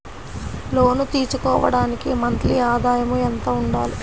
లోను తీసుకోవడానికి మంత్లీ ఆదాయము ఎంత ఉండాలి?